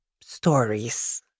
stories